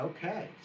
Okay